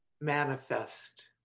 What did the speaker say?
manifest